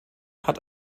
hat